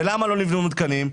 ולמה לא נבנו מתקנים?